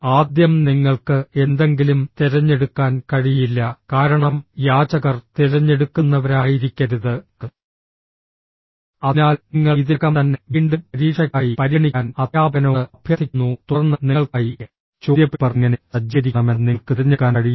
ആദ്യം നിങ്ങൾക്ക് എന്തെങ്കിലും തിരഞ്ഞെടുക്കാൻ കഴിയില്ല കാരണം യാചകർ തിരഞ്ഞെടുക്കുന്നവരായിരിക്കരുത് അതിനാൽ നിങ്ങൾ ഇതിനകം തന്നെ വീണ്ടും പരീക്ഷയ്ക്കായി പരിഗണിക്കാൻ അധ്യാപകനോട് അഭ്യർത്ഥിക്കുന്നു തുടർന്ന് നിങ്ങൾക്കായി ചോദ്യപേപ്പർ എങ്ങനെ സജ്ജീകരിക്കണമെന്ന് നിങ്ങൾക്ക് തിരഞ്ഞെടുക്കാൻ കഴിയില്ല